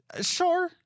Sure